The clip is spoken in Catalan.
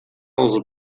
els